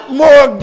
more